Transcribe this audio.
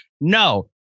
No